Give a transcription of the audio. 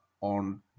on